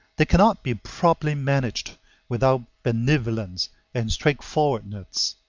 they cannot be properly managed without benevolence and straightforwardness.